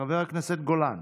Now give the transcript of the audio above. חבר הכנסת גולן,